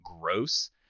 gross